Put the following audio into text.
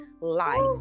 life